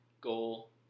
goal